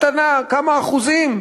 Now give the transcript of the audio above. כמה אחוזים,